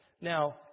Now